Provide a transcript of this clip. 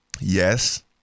Yes